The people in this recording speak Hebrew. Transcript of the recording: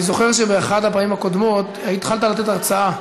אני זוכר שבאחת הפעמים הקודמות התחלת לתת הרצאה,